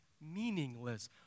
meaningless